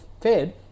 Fed